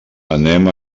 anem